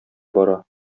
бара